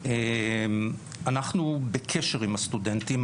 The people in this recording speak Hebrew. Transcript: אנחנו בקשר עם הסטודנטים.